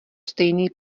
stejný